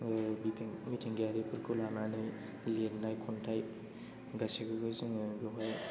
मिथिंगायारिफोरखौ लानानै लिरनाय खन्थाय गासैखौबो जोङो बेवहाय